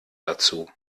dazu